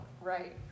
Right